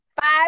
five